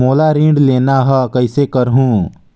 मोला ऋण लेना ह, कइसे करहुँ?